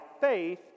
faith